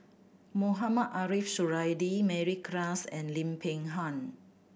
Mohamed Ariff Suradi Mary Klass and Lim Peng Han